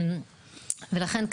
לכן,